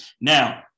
Now